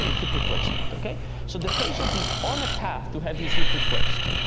ah hip replacement. okay? so the patient is on a path to have his hip replaced.